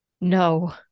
No